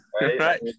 Right